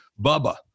Bubba